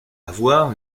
avoir